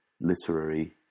literary